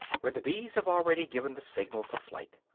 where the bees have already given the signal for flight.